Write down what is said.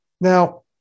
Now